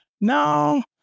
no